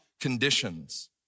conditions